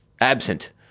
absent